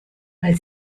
weil